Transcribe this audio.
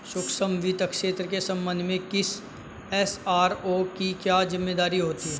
सूक्ष्म वित्त क्षेत्र के संबंध में किसी एस.आर.ओ की क्या जिम्मेदारी होती है?